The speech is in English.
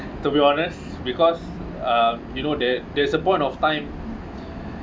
to be honest because uh you know that there is a point of time